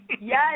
Yes